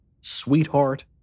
sweetheart